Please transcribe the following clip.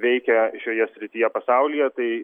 veikia šioje srityje pasaulyje tai